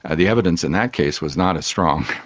and the evidence in that case was not as strong,